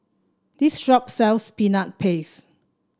this shop sells Peanut Paste